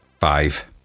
five